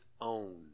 own